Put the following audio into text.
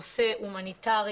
נושא הומניטרי,